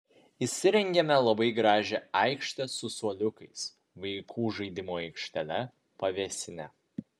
įsirengėme labai gražią aikštę su suoliukais vaikų žaidimų aikštele pavėsine